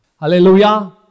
Hallelujah